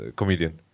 comedian